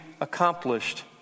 accomplished